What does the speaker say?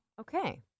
Okay